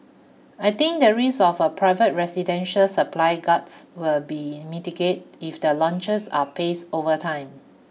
I think the risk of a private residential supply guts will be mitigate if the launches are paced over time